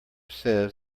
says